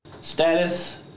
Status